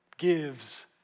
gives